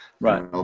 right